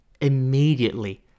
Immediately